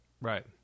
right